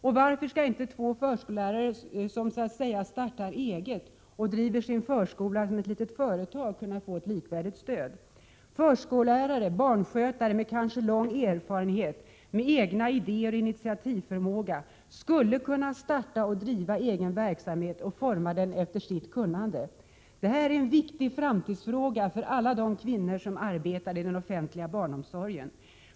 Och varför skall inte två förskollärare som så att säga startar eget och driver sin förskola som ett litet företag kunna få ett likvärdigt stöd? Förskollärare och barnskötare med kanske lång erfarenhet, med egna idéer och initiativförmåga skulle kunna starta och driva egen verksamhet och forma den efter sitt kunnande. Detta är en viktig framtidsfråga för alla de kvinnor som arbetar i den offentliga barnomsorgen.